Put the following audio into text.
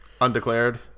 Undeclared